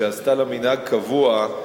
שעשתה לה מנהג קבוע,